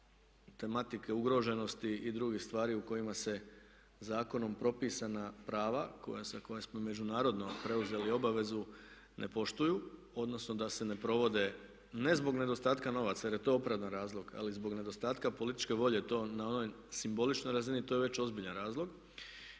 obavezu ne poštuju, odnosno da se ne provode ne zbog nedostatka novaca, jer je to opravdani razlog ali i zbog nedostatka političke volje. To na onoj simboličnoj razini to je već ozbiljan razlog.